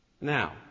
Now